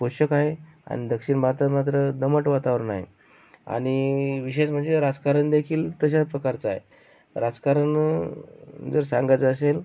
पोषक आहे आणि दक्षिण भारतात मात्र दमट वातावरण आहे आणि विशेष म्हणजे राजकारण देखील तशाच प्रकारचा आहे राजकारण जर सांगायचं असेल